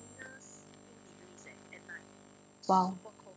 !wow!